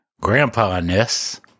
grandpa-ness